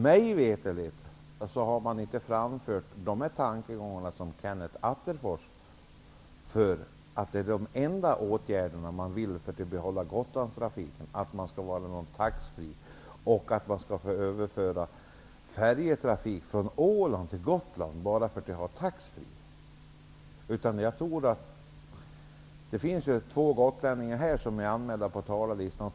Mig veterligt har man inte framfört samma tankegångar som Kenneth Attefors, nämligen att den enda åtgärden som kan vidtas för att att man skall få behålla Gotlandstrafiken är att ha taxfree, och att man skulle överföra färjetrafik från Åland till Gotland enbart för detta. Det finns två gotlänningar anmälda på talarlistan.